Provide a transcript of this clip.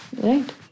Right